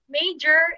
major